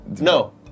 no